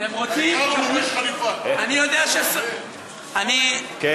אתם רוצים, אני יודע, כן,